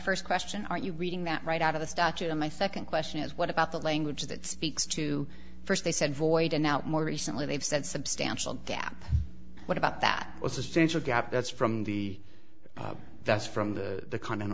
first question are you reading that right out of the statute and my second question is what about the language that speaks to first they said void and now more recently they've said substantial gap what about that was essential gap that's from the that's from the